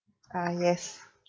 uh yes